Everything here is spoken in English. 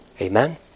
Amen